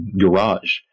garage